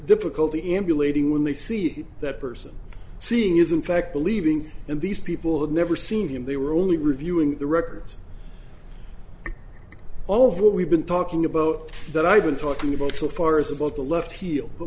difficulty emulating when they see that person seeing is in fact believing in these people have never seen him they were only reviewing the records all of what we've been talking about that i've been talking about so far is that both the left heel but